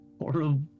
horrible